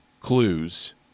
clues